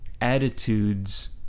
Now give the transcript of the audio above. attitudes